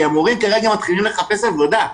כי המורים כרגע מתחילים לחפש עבודה,